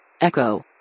Echo